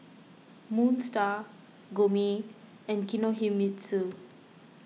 Moon Star Gourmet and Kinohimitsu